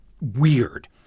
weird